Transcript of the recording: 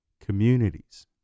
communities